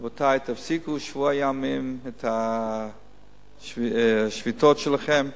רבותי, תפסיקו לשבוע ימים את השביתות שלכם,